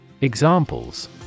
Examples